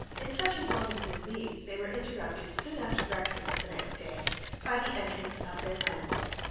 in such employments as these they were interrupted soon after breakfast the next day by the entrance of their landlord,